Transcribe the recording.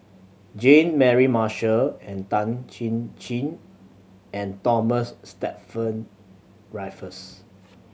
Jean Mary Marshall and Tan Chin Chin and Thomas Stamford Raffles